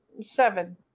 Seven